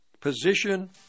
position